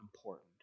important